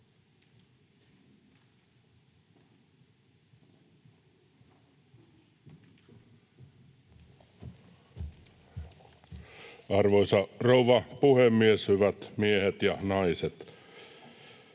Arvoisa rouva puhemies! Hyvät miehet ja naiset!